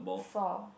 four